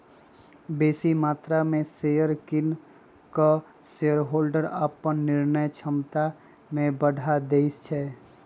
बेशी मत्रा में शेयर किन कऽ शेरहोल्डर अप्पन निर्णय क्षमता में बढ़ा देइ छै